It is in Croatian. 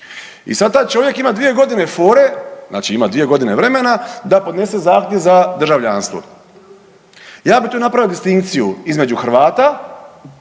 i sad taj čovjek ima 2.g. fore, znači ima 2.g. vremena da podnese zahtjev za državljanstvo. Ja bi tu napravio distinkciju između Hrvata